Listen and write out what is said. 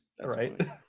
right